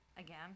again